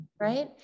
Right